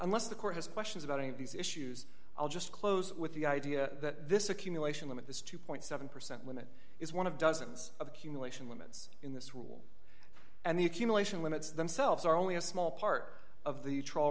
unless the court has questions about any of these issues i'll just close with the idea that this accumulation of this two seven percent limit is one of dozens of accumulation moments in this rule and the accumulation limits themselves are only a small part of the trial